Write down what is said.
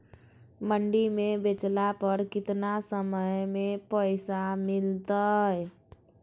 मंडी में बेचला पर कितना समय में पैसा मिलतैय?